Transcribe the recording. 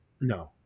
No